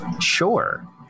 Sure